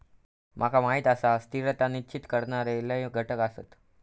माका माहीत आसा, स्थिरता निश्चित करणारे लय घटक आसत